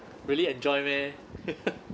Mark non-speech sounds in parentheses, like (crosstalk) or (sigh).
really enjoy meh (laughs)